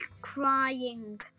crying